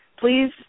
Please